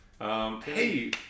hey